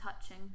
touching